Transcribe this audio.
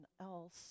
else